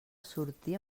sortir